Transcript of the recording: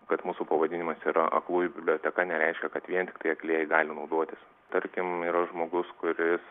kad mūsų pavadinimas yra aklųjų biblioteka nereiškia kad vien tiktai aklieji gali naudotis tarkim yra žmogus kuris